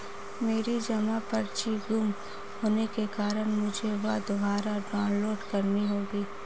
मेरी जमा पर्ची गुम होने के कारण मुझे वह दुबारा डाउनलोड करनी होगी